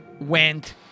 went